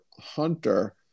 Hunter